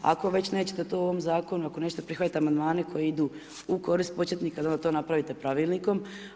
Ako već nećete to u ovom zakonu, ako nećete prihvatiti amandmane koji idu u korist početnika da onda to napravite pravilnikom.